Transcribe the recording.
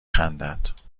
خندد